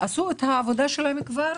עשו את העבודה שלהם כבר.